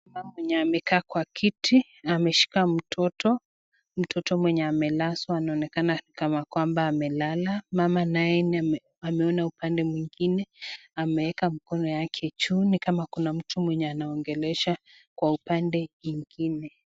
Mama mwenye amekaa kwa kiti ameshika mtoto mtoto mwenye amelazwa anaonekana kana kwamba amelala mama naye ameon upande mwingine ameweka mkono yake juu ni kama kuna mtu mwenye anaongelesha kwa upande ingine.